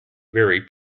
very